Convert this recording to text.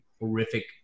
horrific